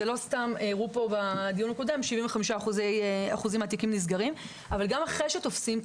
לא סתם הראו פה בדיון הקודם ש-75% מהתיקים נסגרים גם אחרי שתופסים,